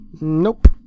Nope